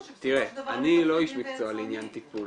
תראה, אני לא איש מקצוע לעניין טיפול.